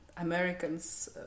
Americans